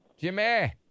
Jimmy